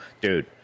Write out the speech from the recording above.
dude